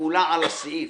נעולה על הסעיף.